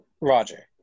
Roger